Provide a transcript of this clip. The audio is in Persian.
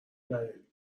نداری